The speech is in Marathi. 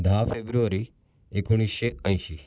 दहा फेब्रुवारी एकोणीसशे ऐंशी